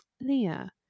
Leah